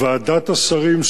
ועדת השרים,